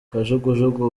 kajugujugu